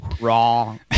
Wrong